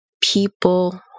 people